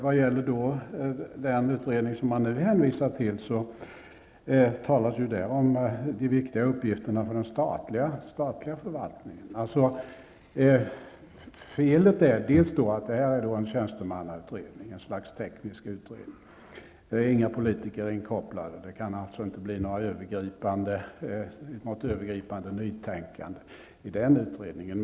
Vad gäller den utredning som man nu hänvisar till talas där om de viktiga uppgifterna för den statliga förvaltningen. Felet är att det här är fråga om en tjänstemannautredning, ett slags teknisk utredning där inga politiker är inkopplade. Det kan alltså inte bli fråga om något övergripande nytänkande i den utredningen.